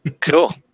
Cool